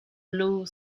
blue